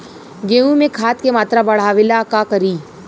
गेहूं में खाद के मात्रा बढ़ावेला का करी?